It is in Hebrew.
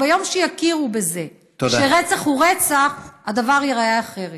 ביום שיכירו בזה שרצח הוא רצח הדבר ייראה אחרת.